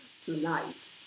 tonight